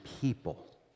people